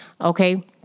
Okay